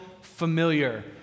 familiar